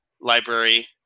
library